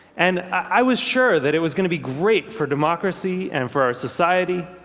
and i was sure that it was going to be great for democracy and for our society.